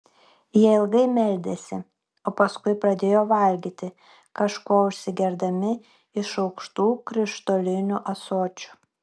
jie ilgai meldėsi o paskui pradėjo valgyti kažkuo užsigerdami iš aukštų krištolinių ąsočių